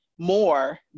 more